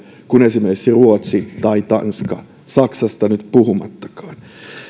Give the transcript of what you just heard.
kuin esimerkiksi ruotsi tai tanska saksasta nyt puhumattakaan